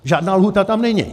Žádná lhůta tam není.